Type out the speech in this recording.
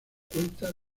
cuenta